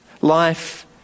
Life